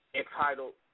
entitled